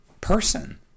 person